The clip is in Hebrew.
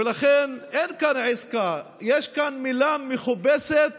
ולכן אין כאן עסקה, יש כאן מילה מכובסת